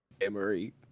Emery